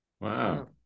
wow